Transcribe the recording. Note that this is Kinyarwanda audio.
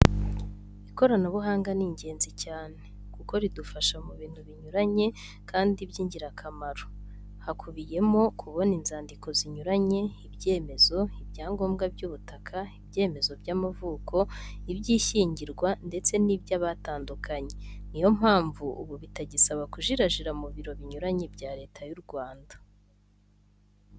Ikoranabuhanga ni ingenzi cyane, koko ridufasha mu bintu binyuranye kandi byingirakamaro. Hakubiyemo kubona inzandiko zinyuranye, ibyemezo, ibyangombwa by'ubutaka, ibyemezo by'amavuko, iby'ishyingirwa ndetse n'iby'abatandukanye. Ni yo mpamvu ubu bitagisaba kujirajira mu biro binyuranye bya Leta y'u Rwanda.